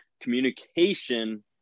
communication